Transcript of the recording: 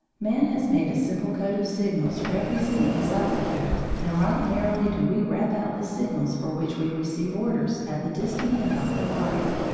man has made a simple code of signals representing his alphabet, and right merrily do we rap out the signals for which we receive orders at the distant end of the wire,